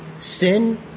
sin